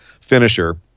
finisher